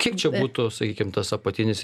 kiek čia būtų sakykim tas apatinis